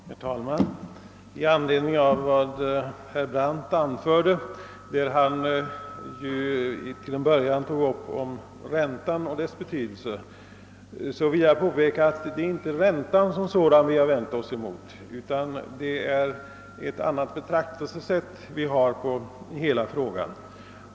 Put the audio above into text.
Herr talman! Jag har begärt ordet i anledning av vad som anfördes av herr Brandt, vilken först tog upp räntans betydelse i detta sammanhang. Jag vill påpeka att det inte i första hand är avdragsrätten för räntan som vi vänt oss mot. Vi har ett helt annat betraktelsesätt i denna fråga.